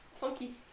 Funky